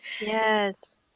Yes